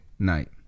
night